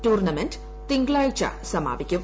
tournament തിങ്കളാഴ്ച സമാപിക്കും